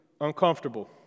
uncomfortable